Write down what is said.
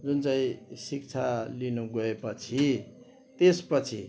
जुन चाहिँ शिक्षा लिनु गएपछि त्यसपछि